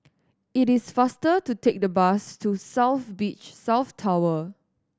it is faster to take the bus to South Beach South Tower